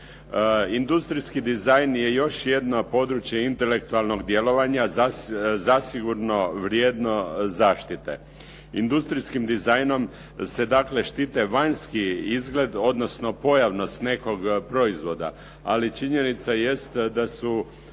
Industrijski dizajn je još jedno područje intelektualnog djelovanja, zasigurno vrijedno zaštite. Industrijskim dizajnom se dakle štite vanjski izgled, odnosno pojavnost nekog proizvoda. Ali činjenica jest da su